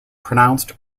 pronounced